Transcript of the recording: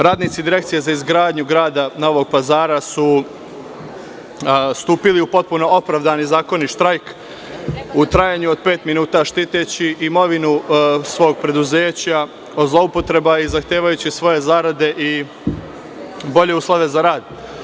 Radnici Direkcije za izgradnju grada Novog Pazara su stupili u potpuno opravdani i zakonit štrajk u trajanju od pet minuta, štiteći imovinu svog preduzeća od zloupotreba i zahtevajući svoje zarade i bolje uslove za rad.